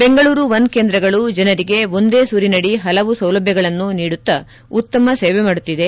Bengaluru one ಕೇಂದ್ರಗಳು ಜನರಿಗೆ ಒಂದೇ ಸೂರಿನಡಿ ಪಲವು ಸೌಲಭ್ಯಗಳನ್ನು ನೀಡುತ್ತಾ ಉತ್ತಮ ಸೇವೆ ನೀಡುತ್ತಿದೆ